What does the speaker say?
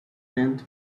tenth